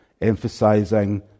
emphasizing